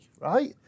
right